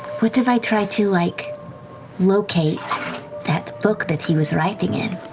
what if i try to like locate that book that he was writing in?